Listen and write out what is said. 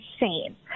insane